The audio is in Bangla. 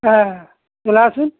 হ্যাঁ চলে আসুন